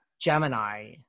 Gemini